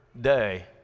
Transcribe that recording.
day